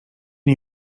nie